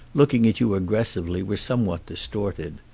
looking at you aggressively, were somewhat distorted.